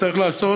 צריך לעשות,